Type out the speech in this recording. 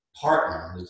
partner